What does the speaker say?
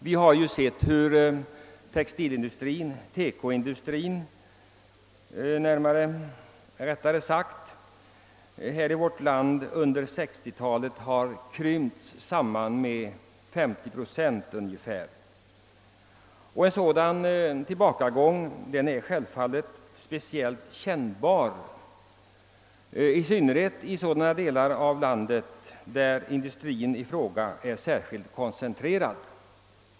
Vi har sett hur TEKO-industrin under 1960-talet har krympt med ungefär 50 procent. En sådan tillbakagång är självfallet speciellt kännbar i de delar av landet där denna industri är koncentrerad.